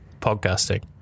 Podcasting